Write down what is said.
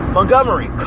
Montgomery